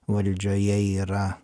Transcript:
valdžioje yra